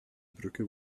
brücke